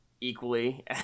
equally